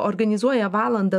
organizuoja valandą